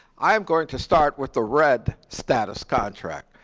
i'm going to start with the red status contract.